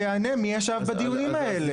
אז שיענה, מי ישב בדיונים האלה?